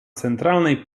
centralnej